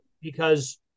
because-